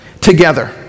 Together